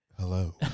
Hello